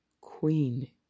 Queen